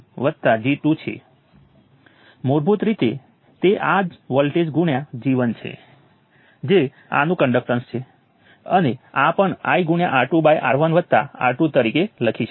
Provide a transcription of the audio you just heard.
તેથી મારો મતલબ એ છે કે જ્યારે હું સમીકરણો લખી રહ્યો છું ત્યારે હું ઈન્ડિપેન્ડેન્ટ સોર્સો ધરાવતી શરતોને જમણી બાજુએ ધકેલીશ અને ડાબી બાજુએ અનનોન્સ વેરિયેબલ્સ ધરાવતી શરતો જાળવી રાખીશ